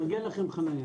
נארגן לכם חנייה.